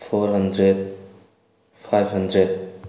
four hundred five hundred